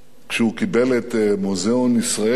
כשהוא קיבל את מוזיאון ישראל,